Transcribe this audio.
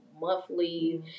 monthly